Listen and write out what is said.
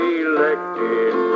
elected